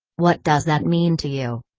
what does that mean to you?